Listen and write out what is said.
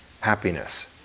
happiness